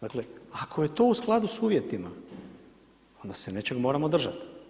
Dakle, ako je to u skladu s uvjetima, onda se nečeg moramo držati.